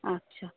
আচ্ছা